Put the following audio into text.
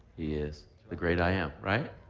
he is the great i am, right?